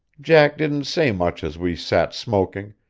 jack didn't say much as we sat smoking,